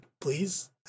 Please